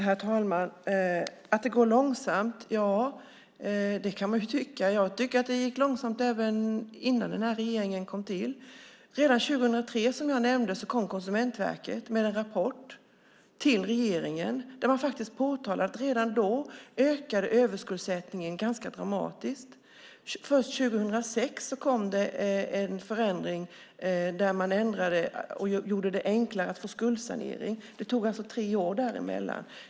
Herr talman! Att det går långsamt kan man ju tycka. Jag tycker att det gick långsamt även innan den här regeringen tillträdde. Som jag nämnde kom Konsumentverket redan 2003 med en rapport till regeringen där man påtalade att överskuldsättningen redan då ökade ganska dramatiskt. Först 2006 kom en förändring som gjorde att det blev enklare att få skuldsanering. Det tog alltså tre år däremellan.